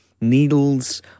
needles